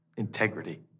Integrity